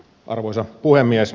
arvoisa puhemies